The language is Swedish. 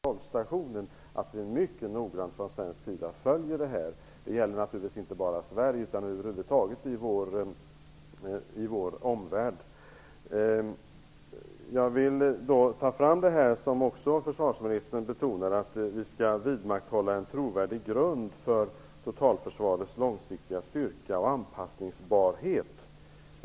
Fru talman! Detta är viktigt att beakta om det visar sig att de förbättrade möjligheterna ökar alltmer. Det är självfallet väldigt viktigt att vi mycket noggrant från svensk sida följer frågan under det säkerhetspolitiska arbetet inför kontrollstationen. Det gäller naturligtvis inte bara Sverige utan vår omvärld över huvud taget. Jag vill lyfta fram den fråga som också försvarsministern betonar: Vi skall vidmakthålla en trovärdig grund för totalförsvarets långsiktiga styrka och anpasslighet.